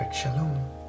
shalom